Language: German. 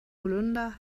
holunder